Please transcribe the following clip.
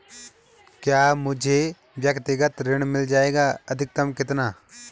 क्या मुझे व्यक्तिगत ऋण मिल जायेगा अधिकतम कितना?